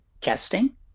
casting